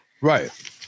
Right